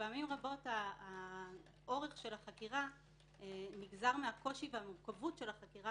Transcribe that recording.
ופעמים רבות האורך של החקירה נגזר מהקושי ומהמורכבות של החקירה